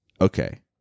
Okay